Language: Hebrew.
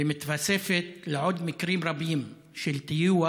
ומתווספת לעוד מקרים רבים של טיוח,